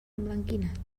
emblanquinat